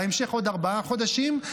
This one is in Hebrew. בהמשך עוד ארבעה חודשים,